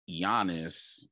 Giannis